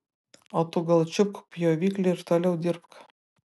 o tu gal čiupk pjoviklį ir toliau dirbk